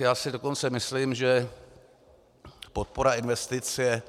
Já si dokonce myslím, že podpora investic je